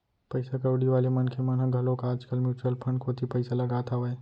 पइसा कउड़ी वाले मनखे मन ह घलोक आज कल म्युचुअल फंड कोती पइसा लगात हावय